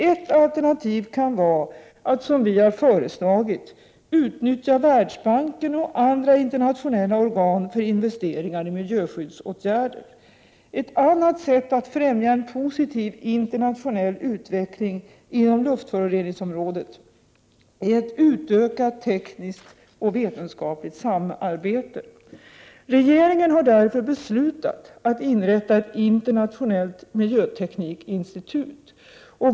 Ett alternativ kan vara att, som vi har föreslagit, utnyttja Världsbanken och andra internationella organ för investeringar i miljöskyddsåtgärder. Ett annat sätt att främja en positiv internationell utveckling inom luftföroreningsområdet är ett utökat tekniskt och vetenskapligt samarbete. Regeringen har därför beslutat att inrätta ett internationellt miljöteknikinstitut.